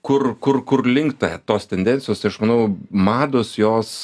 kur kur kurlink ta tos tendencijos tai aš manau mados jos